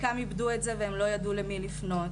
חלקם איבדו את זה והם לא ידעו למי לפנות,